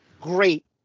great